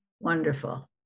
Wonderful